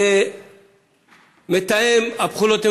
ומתאם הפעולות,